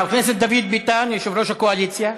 חבר הכנסת דוד ביטן, יושב-ראש הקואליציה.